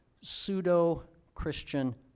pseudo-Christian